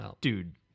dude